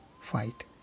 fight